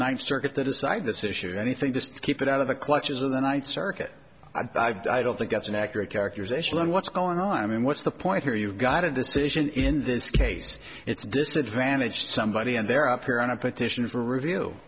ninth circuit that decide this issue or anything just keep it out of the clutches of the ninth circuit i don't think that's an accurate characterization of what's going on i mean what's the point here you've got a decision in this case it's disadvantage somebody and they're up here on a petition for review